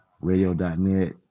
Radio.net